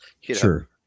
Sure